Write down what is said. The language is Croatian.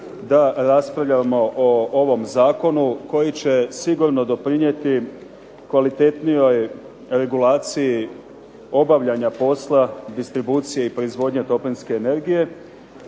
da raspravljamo o ovom Zakonu koji će sigurno doprinijeti kvalitetnijoj regulaciji obavljanja posla distribucije i proizvodnje toplinske energije,